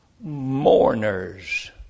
Mourners